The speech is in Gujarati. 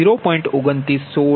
2916 0